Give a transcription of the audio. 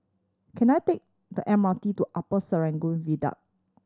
can I take the M R T to Upper Serangoon Viaduct